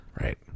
Right